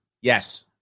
Yes